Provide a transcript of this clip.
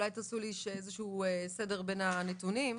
אולי תעשו לי איזשהו סדר בין הנתונים.